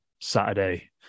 Saturday